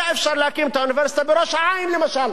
היה אפשר להקים את האוניברסיטה בראש-העין, למשל,